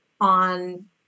on